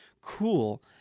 cool